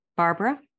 Barbara